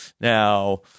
now